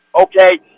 Okay